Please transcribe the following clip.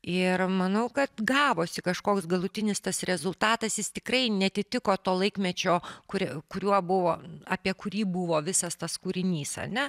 ir manau kad gavosi kažkoks galutinis tas rezultatas jis tikrai neatitiko to laikmečio kuri kuriuo buvo apie kurį buvo visas tas kūrinys ar ne